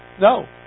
No